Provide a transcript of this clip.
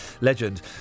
Legend